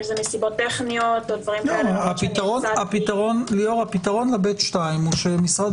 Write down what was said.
אם זה מסיבות טכניות- -- הפתרון ל-ב'2 הוא שמשרד